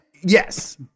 Yes